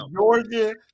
Georgia